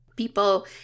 people